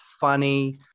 funny